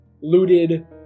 looted